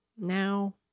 now